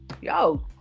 Yo